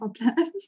problem